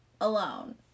alone